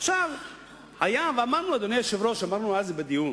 אמרנו אז בדיון,